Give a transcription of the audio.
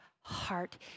heart